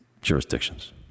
jurisdictions